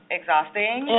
exhausting